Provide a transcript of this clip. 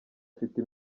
afite